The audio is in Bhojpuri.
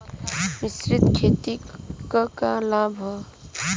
मिश्रित खेती क का लाभ ह?